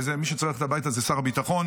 ואם מישהו צריך ללכת הביתה זה שר הביטחון.